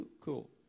cool